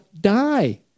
die